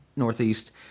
northeast